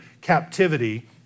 captivity